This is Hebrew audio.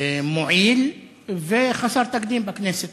מועיל וחסר תקדים בכנסת.